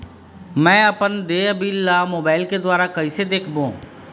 मैं अपन देय बिल ला मोबाइल के द्वारा कइसे देखबों?